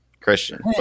Christian